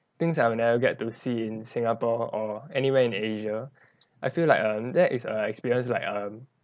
things I will never get to see in singapore or anywhere in asia I feel like err that is a experience like um